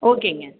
ஓகேங்க